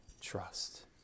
trust